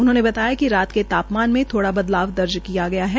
उन्होंने बताया कि रात के तापमान मे थोड़ा बदलाव दर्ज किया गया है